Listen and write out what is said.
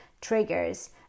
Triggers